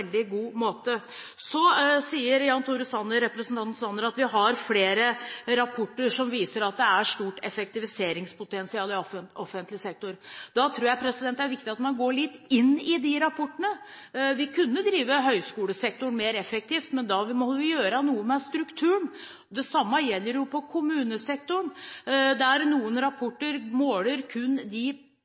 god måte. Så sier representanten Sanner at vi har flere rapporter som viser at det er et stort effektiviseringspotensial i offentlig sektor. Da tror jeg det er viktig at man går litt inn i de rapportene. Vi kunne drive høyskolesektoren mer effektivt, men da måtte vi gjøre noe med strukturen. Det samme gjelder kommunesektoren, der noen rapporter måler kun de